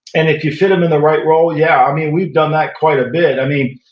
and if you fit them in the right role yeah. i mean, we've done that quite a bit. i mean,